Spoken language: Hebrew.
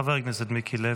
חבר הכנסת כץ.